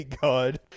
god